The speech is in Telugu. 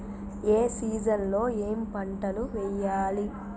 ఏ సీజన్ లో ఏం పంటలు వెయ్యాలి?